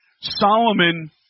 Solomon